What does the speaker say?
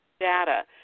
data